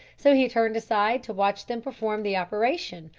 so he turned aside to watch them perform the operation,